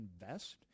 invest